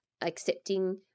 accepting